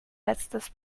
letztes